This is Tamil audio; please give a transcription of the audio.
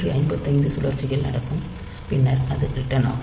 255 சுழற்சிகள் நடக்கும் பின்னர் அது ரிட்டர்ன் ஆகும்